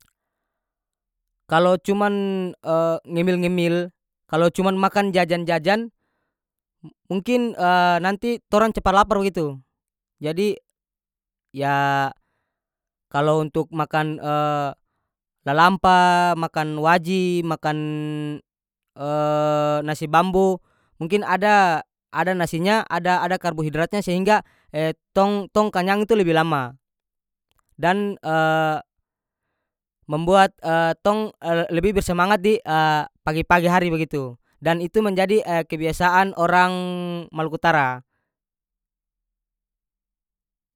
Kalo cuman ngemil-ngemil kalo cuman makan jaja-jajan m- mungkin nanti torang cepa lapar bagitu jadi ya kalo untuk makan lalampa makan waji makan nasi bambu mungkin ada- ada nasinya ada- ada karbohidratnya sehingga tong- tong kanyang itu lebi lama dan membuat tong le- lebih bersemangat di pag-pagi hari bagitu dan itu menjadi kebiasaan orang maluku utara.